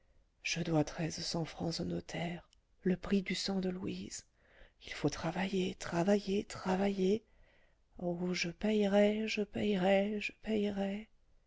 je dois treize cents francs au notaire le prix du sang de louise il faut travailler travailler travailler oh je payerai je payerai je payerai